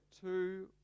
two